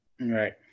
Right